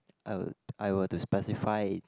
I would I would have to specify it